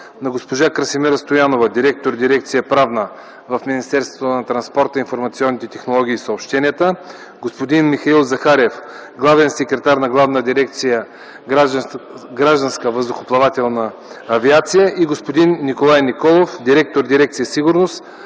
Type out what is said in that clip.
на госпожа Красимира Стоянова – директор дирекция „Правна” в Министерството на транспорта, информационните технологии и съобщенията, господин Михаил Захариев – главен секретар на Главна дирекция „Гражданска въздухоплавателна администрация”, и господин Николай Николов – директор дирекция „Сигурност”